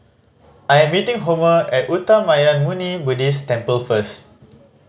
I am meeting Homer at Uttamayanmuni Buddhist Temple first